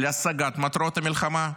להשגת מטרות המלחמה.